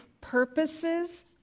purposes